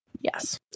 Yes